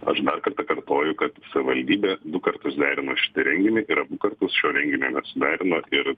aš dar kartą kartoju kad savivaldybė du kartus derino šitą renginį ir abu kartus šio renginio nesuderino ir